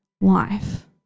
life